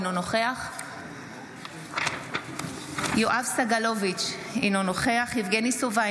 אינו נוכח יואב סגלוביץ' אינו נוכח יבגני סובה,